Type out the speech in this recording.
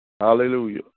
Hallelujah